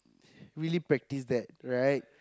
really practise that right